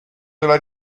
della